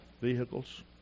vehicles